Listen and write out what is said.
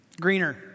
Greener